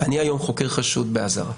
אני היום חוקר חשוד באזהרה.